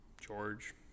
George